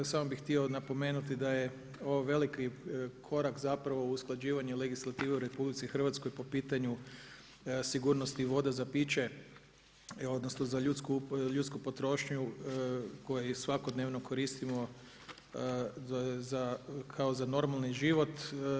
Samo bih htio napomenuti da je ovo veliki korak zapravo u usklađivanju legislative u RH po pitanju sigurnosti voda za piće, odnosno za ljudsku potrošnju koju svakodnevno koristimo kao za normalni život.